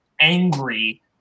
angry